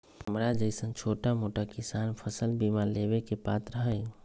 हमरा जैईसन छोटा मोटा किसान फसल बीमा लेबे के पात्र हई?